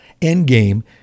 Endgame